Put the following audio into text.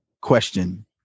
question